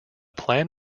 plan